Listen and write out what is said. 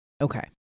Okay